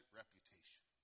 reputation